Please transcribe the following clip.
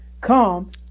come